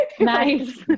Nice